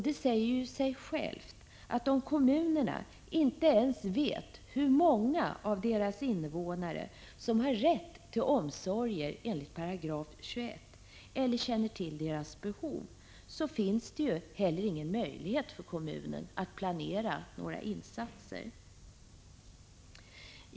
Det säger sig självt att om kommunen inte ens vet hur många av dess invånare som har rätt till omsorger enligt 21 § eller känner till deras behov, finns det heller ingen möjlighet att planera några insatser.